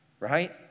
Right